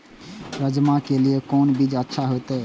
राजमा के लिए कोन बीज अच्छा होते?